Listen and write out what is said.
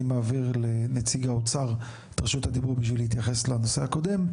מעביר לנציג האוצר את רשות הדיבור בשביל להתייחס לנושא הקודם.